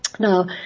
Now